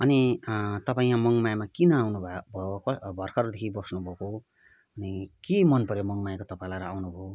अनि तपाईँ यहाँ मङमायामा किन आउनु भएको भर्खरदेखि बस्नु भएको अनि के मनपऱ्यो मङमायाको तपाईँलाई र आउनु भयो